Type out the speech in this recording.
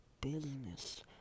business